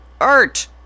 art